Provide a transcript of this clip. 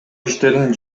иштерин